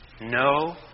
No